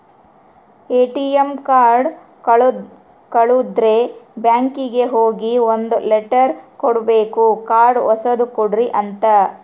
ATM card ಕಳುದ್ರೆ ಬ್ಯಾಂಕಿಗೆ ಹೋಗಿ ಒಂದ್ ಲೆಟರ್ ಕೊಡ್ಬೇಕು ಕಾರ್ಡ್ ಹೊಸದ ಕೊಡ್ರಿ ಅಂತ